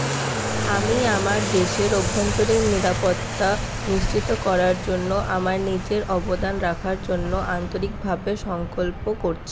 আমি আমার দেশের অভ্যন্তরীণ নিরাপত্তা নিশ্চিত করার জন্য আমার নিজের অবদান রাখার জন্য আন্তরিকভাবে সংকল্প করছি